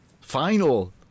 final